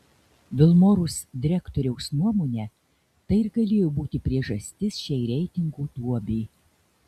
vilmorus direktoriaus nuomone tai ir galėjo būti priežastis šiai reitingų duobei